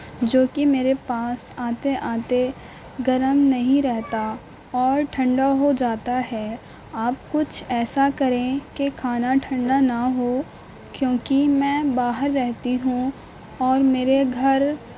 جوکہ میرے پاس آتے آتے گرم نہیں رہتا اور ٹھنڈا ہو جاتا ہے آپ کچھ ایسا کریں کہ کھانا ٹھنڈا نہ ہو کیونکہ میں باہر رہتی ہوں اور میرے گھر